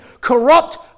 corrupt